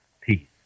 peace